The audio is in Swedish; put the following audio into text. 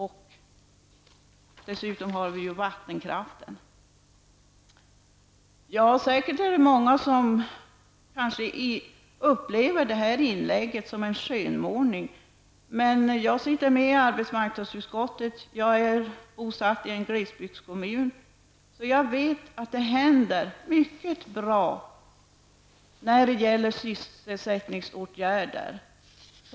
Dessutom har vi ju vattenkraften. Kanske är det många som upplever det här inlägget som en skönmålning. Jag tillhör arbetsmarknadsutskottet och jag bor i en glesbygdskommun, och jag vet att det händer mycket bra i fråga om sysselsättningsåtgärder.